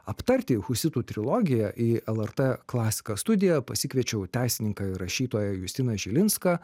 aptarti husitų trilogiją į lrt klasika studiją pasikviečiau teisininką ir rašytoją justiną žilinską